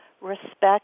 respect